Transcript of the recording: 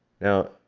now